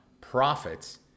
profits